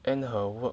end her work